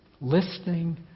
listening